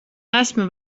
esmu